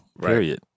period